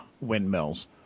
windmills